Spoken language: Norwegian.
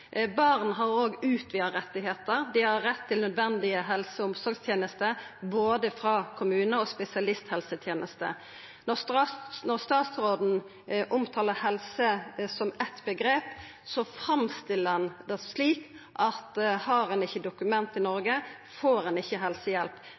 Barn har òg utvida rettar. Dei har rett til nødvendige helse- og omsorgstenester frå både kommunehelsetenesta og spesialisthelsetenesta. Når statsråden omtalar helse som eitt omgrep, framstiller ein det slik at har ein ikkje dokument i Noreg,